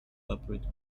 operates